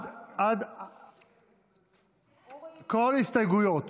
כל ההסתייגויות